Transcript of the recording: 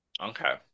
Okay